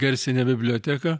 garsinę biblioteką